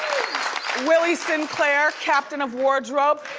willie sinclair, captain of wardrobe.